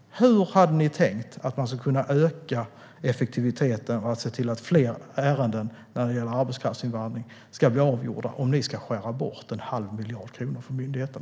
Hur hade ni tänkt att man skulle kunna öka effektiviteten och se till att fler ärenden när det gäller arbetskraftsinvandring ska bli avgjorda om ni ska skära bort en halv miljard kronor från myndigheten?